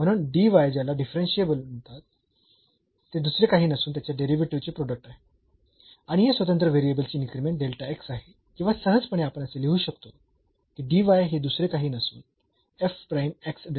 म्हणून dy ज्याला differential म्हणतात ते दुसरे काही नसून त्याच्या डेरिव्हेटिव्ह चे प्रोडक्ट आहे आणि या स्वतंत्र व्हेरिएबल ची इन्क्रीमेंट आहे किंवा सहजपणे आपण असे लिहू शकतो की हे दुसरे काही नसून आहे